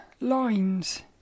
lines